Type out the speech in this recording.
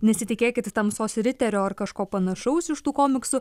nesitikėkit tamsos riterio ar kažko panašaus iš tų komiksų